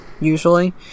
usually